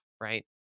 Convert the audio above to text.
right